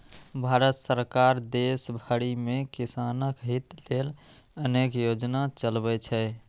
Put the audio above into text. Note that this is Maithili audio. भारत सरकार देश भरि मे किसानक हित लेल अनेक योजना चलबै छै